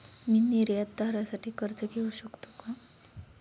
मी निर्यातदारासाठी कर्ज घेऊ शकतो का?